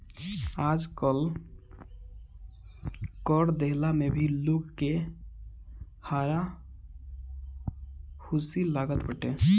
आजकल कर देहला में भी लोग के हारा हुसी लागल बाटे